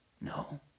no